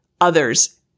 others